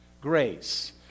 Grace